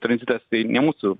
tranzitas tai ne mūsų